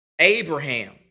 Abraham